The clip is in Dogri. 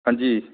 हंजी